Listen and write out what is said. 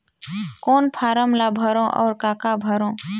कौन फारम ला भरो और काका भरो?